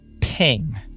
ping